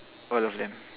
all of them